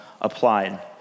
applied